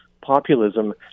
populism